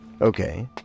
Okay